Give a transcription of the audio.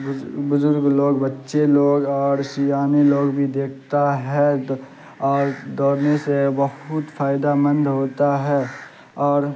بزرگ لوگ بچے لوگ اور سیانے لوگ بھی دیکھتا ہے اور دوڑنے سے بہت فائدہ مند ہوتا ہے اور